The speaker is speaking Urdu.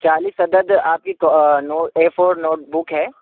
چالیس عدد آپ کی اے فور نوٹ بک ہے